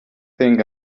think